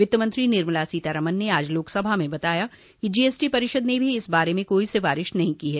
वित्त मंत्री निर्मला सीतारामन ने आज लोकसभा में बताया कि जीएसटी परिषद ने भी इस बारे में कोई सिफारिश नहीं की है